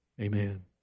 Amen